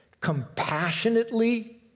compassionately